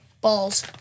balls